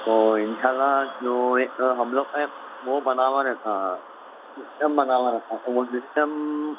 تو ان شاء اللہ جو ایک ہم لوگ کا ایک وہ بنا ہوا رہتا سسٹم بنا ہوا رہتا تو وہ سسٹم